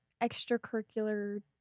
extracurricular